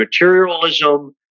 materialism